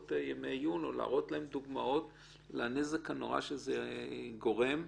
ימי עיון ולהראות דוגמאות לנזק הנורא שזה גורם.